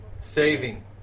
saving